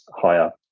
higher